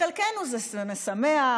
לחלקנו זה משמח,